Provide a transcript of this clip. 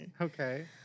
okay